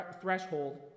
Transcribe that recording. threshold